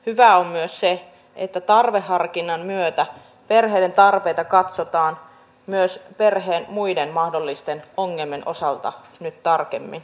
hyvää on myös se että tarveharkinnan myötä perheiden tarpeita katsotaan myös perheen muiden mahdollisten ongelmien osalta nyt tarkemmin